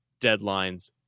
deadlines